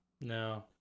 No